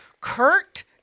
Kurt